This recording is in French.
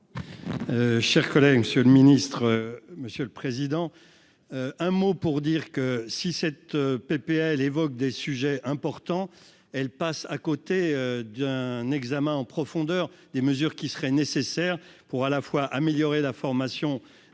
Cher collègue, Monsieur le Ministre, Monsieur le Président, un mot pour dire que si cette PPL évoque des sujets importants, elle passe à côté d'un examen en profondeur des mesures qui seraient nécessaires, pour à la fois améliorer la formation des jeunes